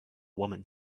woman